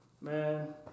Man